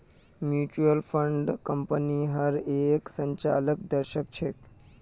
mutual fund कम्पनीर हर एक संचालनक दर्शा छेक